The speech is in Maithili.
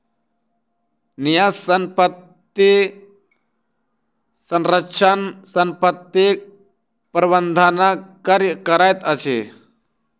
न्यास संपत्तिक संरक्षक संपत्ति प्रबंधनक कार्य करैत अछि